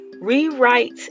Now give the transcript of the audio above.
rewrite